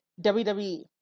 WWE